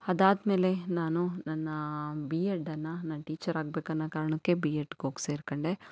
ಅದಾದಮೇಲೆ ನಾನು ನನ್ನ ಬಿ ಎಡನ್ನು ನಾನು ಟೀಚರ್ ಆಗಬೇಕು ಅನ್ನೋ ಕಾರಣಕ್ಕೆ ಬಿ ಎಡ್ಗೆ ಹೋಗ್ ಸೇರಿಕೊಂಡೆ